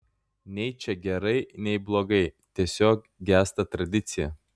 nei čia gerai nei blogai tiesiog gęsta tradicija